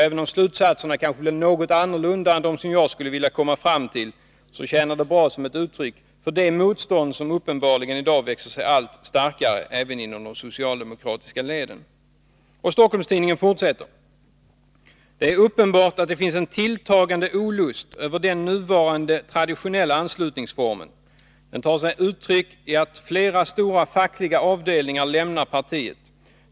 Även om slutsatserna kanske är något annorlunda än de som jag skulle komma fram till, ser jag detta som ett uttryck för det motstånd som uppenbarligen i dag växer sig allt starkare även inom de socialdemokratiska leden. Stockholms-Tidningen fortsätter: ”Det är uppenbart att det finns en tilltagande olust över den nuvarande, traditionella anslutningsformen. Den tar sig uttryck i att flera stora fackliga avdelningar lämnar partiet.